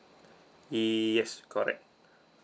yes correct